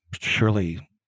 Surely